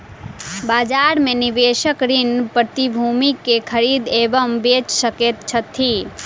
बजार में निवेशक ऋण प्रतिभूति के खरीद एवं बेच सकैत छथि